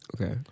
Okay